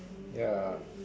ya